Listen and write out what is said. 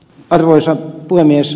arvoisa puhemies